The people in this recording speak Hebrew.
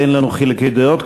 אין בינינו חילוקי דעות.